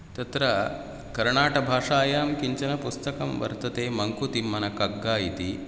तत्र कर्णाटकभाषायां किञ्चन पुस्तकं वर्तते मङ्कुतिम्मनकग्ग इति